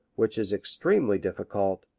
which is extremely difficult,